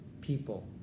people